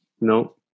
No